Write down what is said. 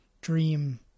dream